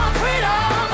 freedom